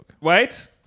Wait